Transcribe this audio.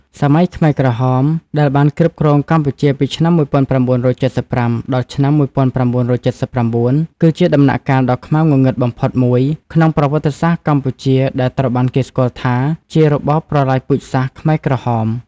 សម័យខ្មែរក្រហម ដែលបានគ្រប់គ្រងកម្ពុជាពីឆ្នាំ១៩៧៥ ដល់ឆ្នាំ១៩៧៩ គឺជាដំណាក់កាលដ៏ខ្មៅងងឹតបំផុតមួយក្នុងប្រវត្តិសាស្ត្រកម្ពុជាដែលត្រូវបានគេស្គាល់ថាជា របបប្រល័យពូជសាសន៍ខ្មែរក្រហម។